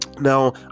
Now